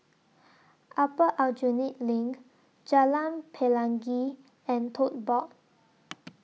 Upper Aljunied LINK Jalan Pelangi and Tote Board